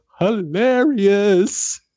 hilarious